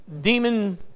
demon